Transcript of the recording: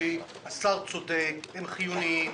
השר צודק, הם חיוניים